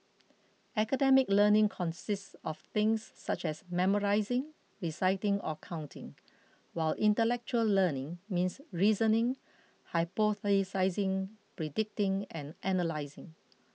academic learning consists of things such as memorising reciting or counting while intellectual learning means reasoning hypothesising predicting and analysing